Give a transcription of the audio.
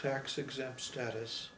tax exempt status